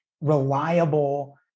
reliable